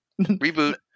Reboot